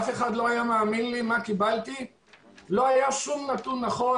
אף אחד לא היה מאמין, לא היה שום נתון נכון.